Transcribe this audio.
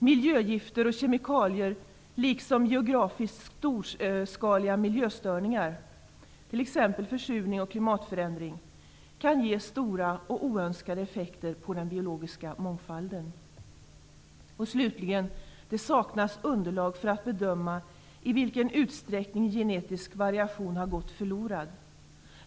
Miljögifter och kemikalier liksom geografiskt storskaliga miljöstörningar, t.ex. försurning och klimatförändring, kan ge stora och oönskade effekter på den biologiska mångfalden. Slutligen: Det saknas underlag för att bedöma i vilken utsträckning genetisk variation har gått förlorad.